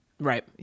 Right